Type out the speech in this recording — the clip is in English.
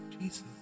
Jesus